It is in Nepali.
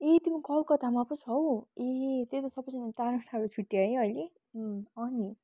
ए तिमी कलकत्तामा पो छौ ए त्यही त सबैजना टाढो टाढो छुट्यो है अहिले नि